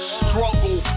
struggle